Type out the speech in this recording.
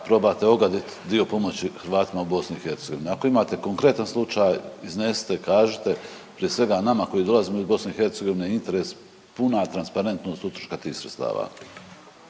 probate ogadit dio pomoći Hrvatima u BiH. Ako imate konkretan slučaj iznesite, kažite prije svega nama koji dolazimo iz BiH i interes puna transparentnost utroška tih sredstava.